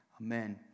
Amen